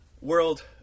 world